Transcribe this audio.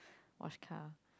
was car